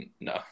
No